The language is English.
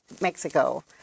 Mexico